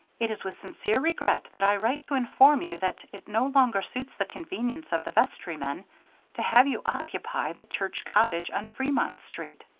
it is with sincere regret that i write to inform you that it no longer suits the convenience of the vestrymen to have you occupy the church cottage on fremont street.